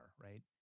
right